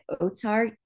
Otar